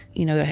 you know,